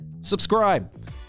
subscribe